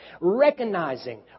recognizing